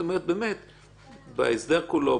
את אומרת שבהסדר כולו,